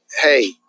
hey